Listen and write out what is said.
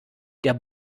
der